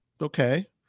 Okay